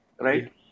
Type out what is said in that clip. right